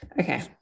Okay